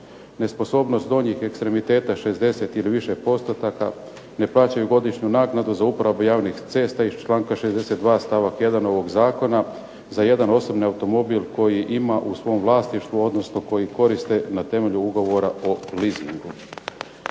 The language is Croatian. nesposobnost donjih ekstremiteta 60 ili više postotaka ne plaćaju godišnju naknadu za uporabu javnih cesta iz članka 62. stavak 1. ovog zakona za jedan osobni automobil koji ima u svom vlasništvu, odnosno koji koriste na temelju ugovora o leasingu.